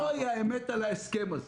זוהי האמת על ההסכם הזה.